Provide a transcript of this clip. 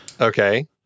Okay